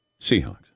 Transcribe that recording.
Seahawks